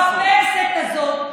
המתרפסת הזאת.